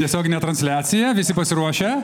tiesioginė transliacija visi pasiruošę